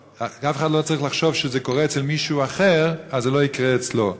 אף אחד לא צריך לחשוב שאם זה קורה אצל מישהו אחר אז זה לא יקרה אצלו.